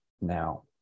now